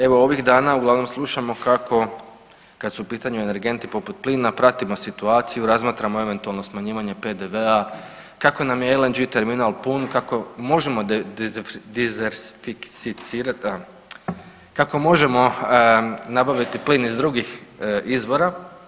Evo ovih dana uglavnom slušamo kako kad su u pitanju energenti poput plina pratimo situaciju, razmatramo eventualno smanjivanje PDV-a, kako nam je LNG terminal pun, kako možemo dizerficirat da, kako možemo nabaviti plin iz drugih izvora.